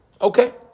Okay